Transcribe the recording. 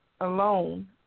alone